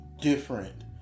different